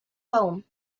home